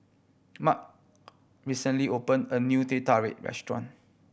Mart recently opened a new Teh Tarik restaurant